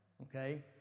Okay